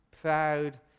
proud